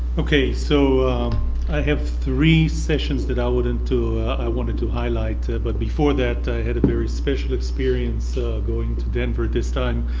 ok. so i have three session that i want and to i wanted to highlight but before that i had a very special experience going to denver this time.